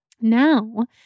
Now